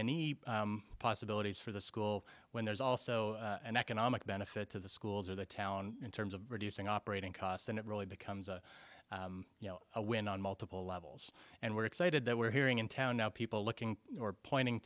any possibilities for the school when there's also an economic benefit to the schools or the town in terms of reducing operating costs and it really becomes a you know a win on multiple levels and we're excited that we're hearing in town now people looking are pointing